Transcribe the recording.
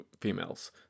females